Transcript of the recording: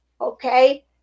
Okay